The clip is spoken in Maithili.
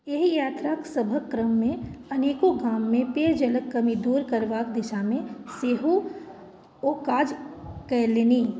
एहि यात्रासभके क्रममे अनेको गाममे पेयजलके कमी दूर करबाके दिशामे सेहो ओ काज कयलनि